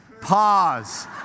Pause